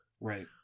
Right